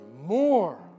more